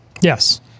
Yes